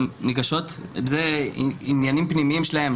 אלה נהלים פנימיים שלהן,